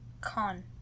con